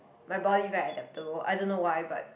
my body very adapted lor I don't know why but